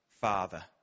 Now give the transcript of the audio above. Father